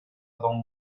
don